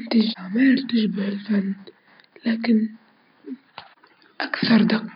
وتولي حاجة مهمة الاحترام.